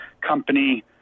company